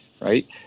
Right